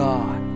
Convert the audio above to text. God